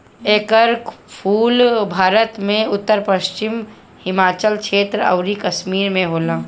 एकर फूल भारत में उत्तर पश्चिम हिमालय क्षेत्र अउरी कश्मीर में होला